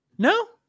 No